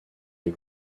les